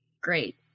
great